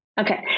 Okay